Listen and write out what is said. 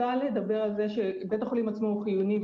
בית החולים עצמו חיוני,